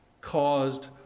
caused